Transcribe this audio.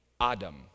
Adam